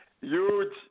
huge